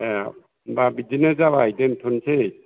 ए होनबा बिदिनो जाबाय दोनथ'नोसै